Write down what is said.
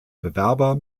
bewerber